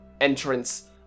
entrance